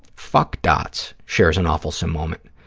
fuck dots shares an awfulsome moment.